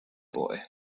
boy